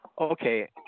Okay